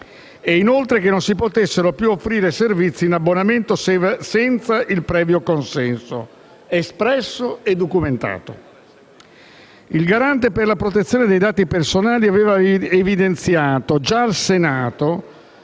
e, inoltre, che non si potessero più offrire servizi in abbonamento senza il previo consenso espresso e documentato. Il Garante per la protezione dei dati personali aveva evidenziato, già al Senato,